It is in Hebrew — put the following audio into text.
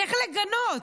צריך לגנות.